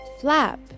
flap